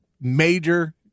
major